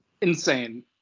insane